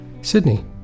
Sydney